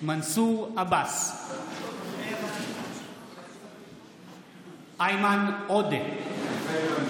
מנסור עבאס, מתחייב אני איימן עודה, מתחייב אני